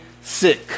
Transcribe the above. sick